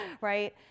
right